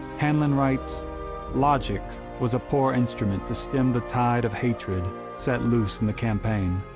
handlin writes logic was a poor instrument to stem the tide of hatred set loose in the campaign.